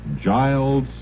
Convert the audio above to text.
Giles